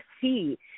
see